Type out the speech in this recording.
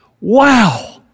Wow